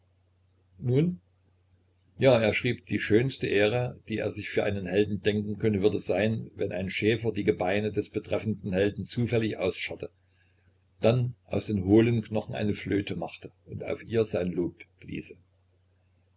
nun ja er schrieb die schönste ehre die er sich für einen helden denken könne würde sein wenn ein schäfer die gebeine des betreffenden helden zufällig ausscharrte dann aus den hohlen knochen eine flöte machte und auf ihr sein lob bliese